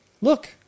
look